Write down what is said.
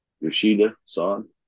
Yoshida-san